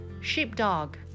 sheepdog